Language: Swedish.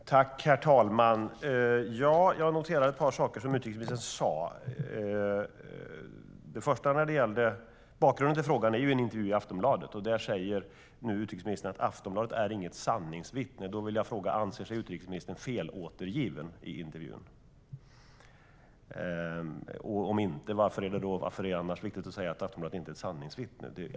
STYLEREF Kantrubrik \* MERGEFORMAT Svar på interpellationerDet första gäller bakgrunden till frågan. Det är en intervju i Aftonbladet. Nu säger utrikesministern: Aftonbladet är inget sanningsvittne. Då vill jag fråga: Anser sig utrikesministern felåtergiven i intervjun? Varför är det annars viktigt att säga att Aftonbladet inte är ett sanningsvittne?